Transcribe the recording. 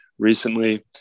Recently